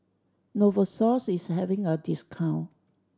Novosource is having a discount